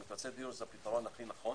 שמקצבי דיור זה הפתרון הכי נכון.